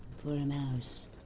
for a mouse.